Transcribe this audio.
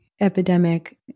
epidemic